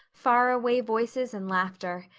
faraway voices and laughter.